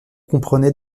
comprenaient